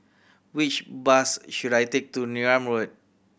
which bus should I take to Neram Road